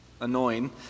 annoying